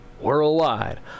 Worldwide